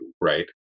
right